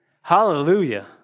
Hallelujah